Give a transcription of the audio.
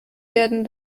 werden